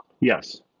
Yes